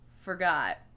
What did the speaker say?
forgot